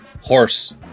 Horse